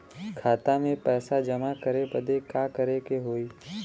खाता मे पैसा जमा करे बदे का करे के होई?